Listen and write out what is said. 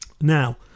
Now